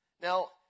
Now